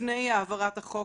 לפני העברת החוק,